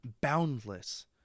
boundless